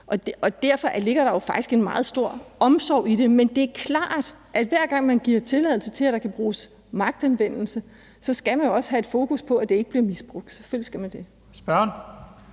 Derfor ligger der jo faktisk en meget stor omsorg i det. Men det er klart, at hver gang man giver tilladelse til, at der kan bruges magtanvendelse, skal man jo også have et fokus på, at det ikke bliver misbrugt. Selvfølgelig skal man det.